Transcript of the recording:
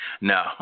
No